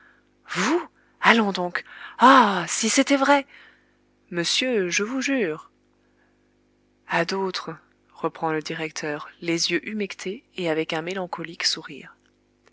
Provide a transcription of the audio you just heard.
vous allons donc ah si c'était vrai monsieur je vous jure à d'autres reprend le directeur les yeux humectés et avec un mélancolique sourire